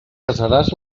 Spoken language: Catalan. casaràs